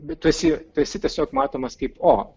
bet tu esi tu esi tiesiog matomas kaip o